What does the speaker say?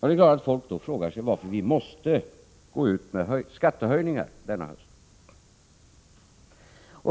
Det är klart att folk då frågar sig varför vi måste gå ut med skattehöjningar denna höst.